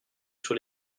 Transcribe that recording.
sur